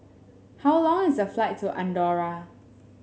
how long is the flight to Andorra